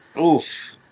Oof